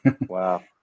wow